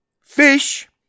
fish